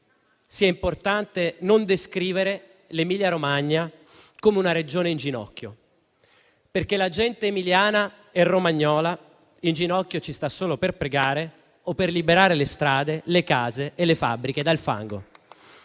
sia importante non descriverla come una Regione in ginocchio perché la gente emiliana e romagnola in ginocchio ci sta solo per pregare o per liberare le strade, le case e le fabbriche dal fango.